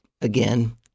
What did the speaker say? Again